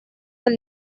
del